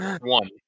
One